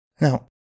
Now